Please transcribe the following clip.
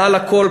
מעל הכול,